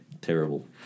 Terrible